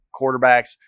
quarterbacks